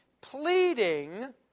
pleading